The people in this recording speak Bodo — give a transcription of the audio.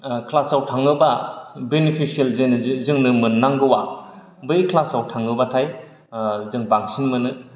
क्लासाव थाङोबा बिनिफिसियेल जोङो मोननांगौआ बै क्लासाव थाङोबाथाय जों बांसिन मोनो